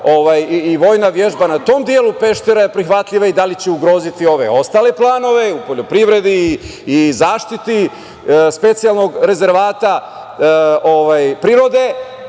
i vojna vežba na tom delu Peštera je prihvatljiva i da li će ugroziti ove ostale planove u poljoprivredi i zaštiti specijalnog rezervata prirode. Dakle,